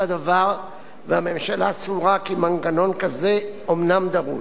הדבר והממשלה סבורה כי מנגנון כזה אומנם דרוש.